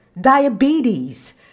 diabetes